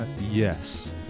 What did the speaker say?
yes